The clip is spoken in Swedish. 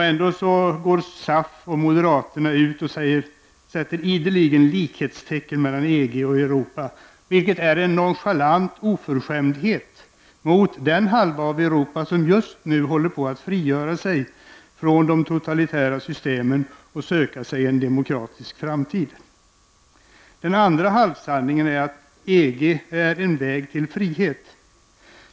Ändå sätter SAF och moderaterna likhetstecken mellan EG och Europa, vilket är en nonchalant oförskämdhet mot den halva av Europa som just nu håller på att frigöra sig från de totalitära systemen och söka sig en demokratisk framtid. Den andra halvsanningen är att EG är en väg till frihet.